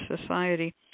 society